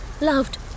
Loved